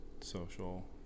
social